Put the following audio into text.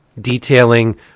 detailing